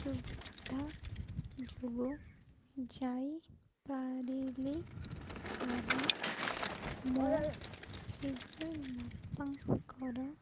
ସୁବିଧା ଯୋଗୁଁ ଯାଇପାରିଲି ନାହିଁ ମୋ ଜେଜେ ବାପାଙ୍କର